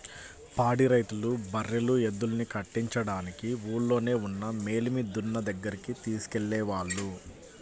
పాడి రైతులు బర్రెలు, ఎద్దుల్ని కట్టించడానికి ఊల్లోనే ఉన్న మేలిమి దున్న దగ్గరికి తీసుకెళ్ళేవాళ్ళు